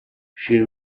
she